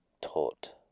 taught